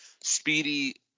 speedy